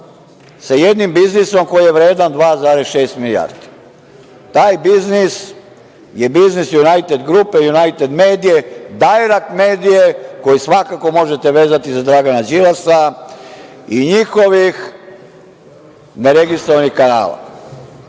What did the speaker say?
sa jednim biznisom koji je vredan 2,6 milijardi. Taj biznis je biznis „Junajted grupe“, „Junajted medije“, „Direkt medije“, koji svakako možete vezati za Dragana Đilasa i njihovih ne registrovanih kanala. Dakle,